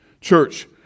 Church